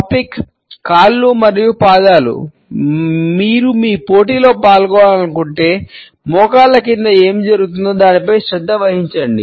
topic క్రింద ఏమి జరుగుతుందో దానిపై శ్రద్ధ వహించండి